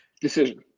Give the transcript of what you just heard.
decision